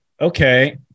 okay